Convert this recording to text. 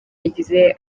yagize